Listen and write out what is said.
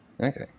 Okay